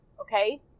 okay